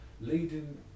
leading